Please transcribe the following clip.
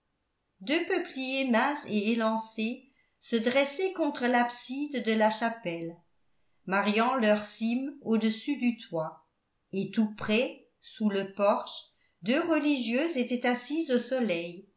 deux peupliers minces et élancés se dressaient contre l'abside de la chapelle mariant leurs cimes au-dessus du toit et tout près sous le porche deux religieuses étaient assises au soleil